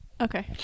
Okay